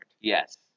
Yes